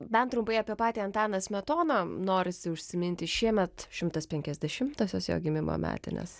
bent trumpai apie patį antaną smetoną norisi užsiminti šiemet šimtas penkiasdešimtosios jo gimimo metinės